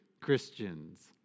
Christians